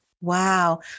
Wow